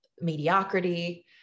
mediocrity